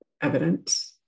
evidence